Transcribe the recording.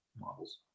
models